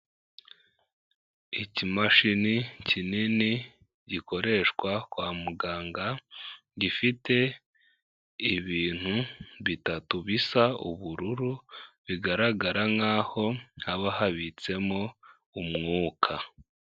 Ikimashini kinini gikoreshwa kwa muganga gifite ibintu bitatu bisa ubururu, bigaragara nk'aho haba habitsemo umwuka.